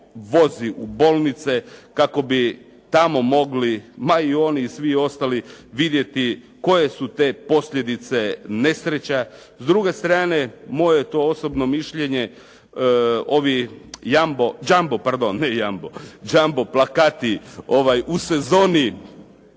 vozi u bolnice kako bi tamo mogli ma i oni i svi ostali vidjeti koje su te posljedice nesreća. S druge strane, moje je to osobno mišljenje ovi jumbo plakati u sezoni